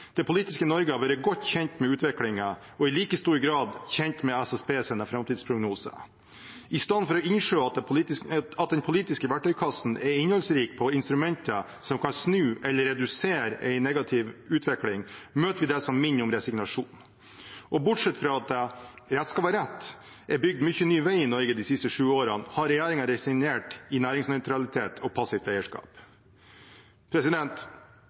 Det politiske Norge har vært godt kjent med utviklingen og i like stor grad vært kjent med SSBs framtidsprognoser. Istedenfor å innse at den politiske verktøykassen er innholdsrik på instrumenter som kan snu eller redusere en negativ utvikling, møter vi det som minner om resignasjon. Bortsett fra at det – rett skal være rett – er bygd mye ny vei i Norge de siste sju årene, har regjeringen resignert i næringsnøytralitet og passivt eierskap.